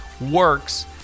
works